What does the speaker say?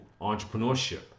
entrepreneurship